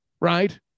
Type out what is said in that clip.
Right